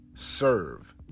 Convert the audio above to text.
serve